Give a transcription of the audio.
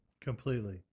completely